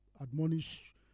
admonish